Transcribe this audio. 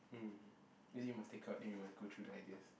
mm is it you must take out then you must go through the ideas